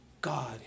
God